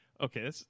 okay